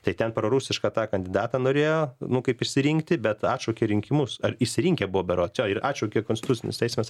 tai ten prorusiška tą kandidatą norėjo nu kaip išsirinkti bet atšaukė rinkimus ar išsirinkę buvo berods ir atšaukė konstitucinis teismas